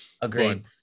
Agreed